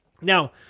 Now